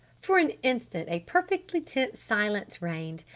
for an instant a perfectly tense silence reigned.